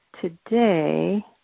today